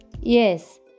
Yes